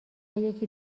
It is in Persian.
یکی